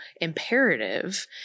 imperative